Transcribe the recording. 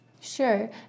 Sure